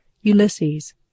Ulysses